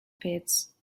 pits